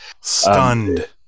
Stunned